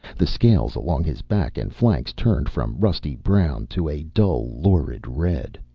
the scales along his back and flanks turned from rusty brown to a dull lurid red.